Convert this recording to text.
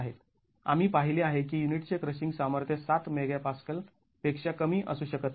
आम्ही पाहिले आहे की युनिटचे क्रशिंग सामर्थ्य ७ मेगा पास्कल पेक्षा कमी असू शकत नाही